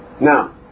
Now